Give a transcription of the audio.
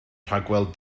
rhagweld